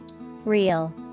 Real